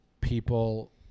people